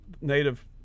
native